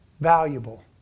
valuable